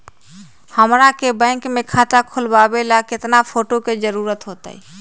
हमरा के बैंक में खाता खोलबाबे ला केतना फोटो के जरूरत होतई?